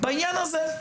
בעניין הזה.